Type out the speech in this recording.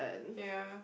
ya